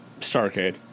Starcade